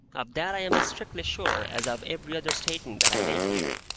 of that i am as strictly sure as of every other statement that i make here.